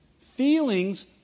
Feelings